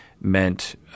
meant